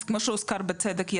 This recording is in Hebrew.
אז כמו שהוזכר בצדק,